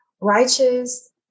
righteous